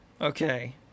Okay